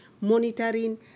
monitoring